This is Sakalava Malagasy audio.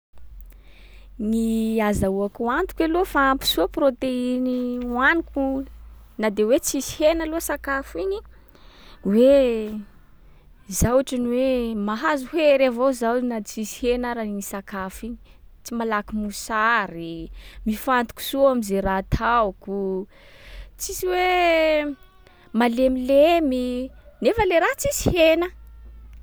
Ny azahoako antoky aloha fa ampy soa proteiny nohaniko na de hoe tsisy hena loha sakafo iny, hoe zaho ohatry ny hoe mahazo hery avao zaho na tsisy hena ara iny sakafo iny. Tsy malaky mosary, mifantoky soa am’zay raha ataoko. Tsisy hoe malemilemy, nefa le raha tsisy hena.